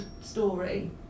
story